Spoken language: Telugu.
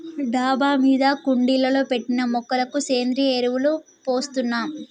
డాబా మీద కుండీలలో పెట్టిన మొక్కలకు సేంద్రియ ఎరువులు పోస్తున్నాం